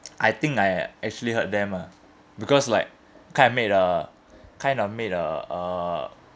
I think I actually hurt them ah because like kinda made a kinda made uh